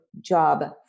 job